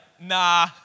nah